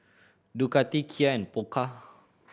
Ducati Kia and Pokka